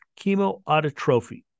chemoautotrophy